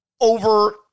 over